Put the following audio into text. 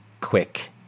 quick